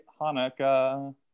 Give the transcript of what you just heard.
Hanukkah